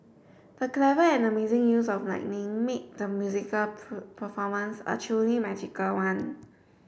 the clever and amazing use of lighting made the musical performance a truly magical one